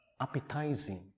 appetizing